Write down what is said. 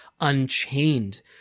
Unchained